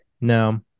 no